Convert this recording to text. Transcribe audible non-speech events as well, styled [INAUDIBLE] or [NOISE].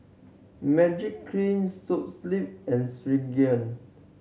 Magiclean So Sleep and [UNINTELLIGIBLE]